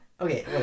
Okay